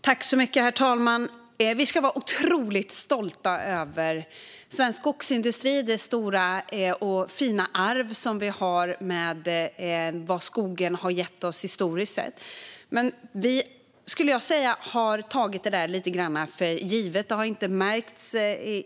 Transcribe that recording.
Herr talman! Vi ska vara otroligt stolta över svensk skogsindustri och det stora och fina arv som vi har i det skogen har gett oss historiskt sett. Jag tror att vi lite grann har tagit detta för givet.